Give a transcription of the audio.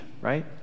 right